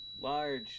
Large